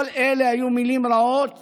כל אלה היו מילים רעות